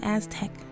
Aztec